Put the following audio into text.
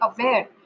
aware